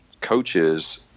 coaches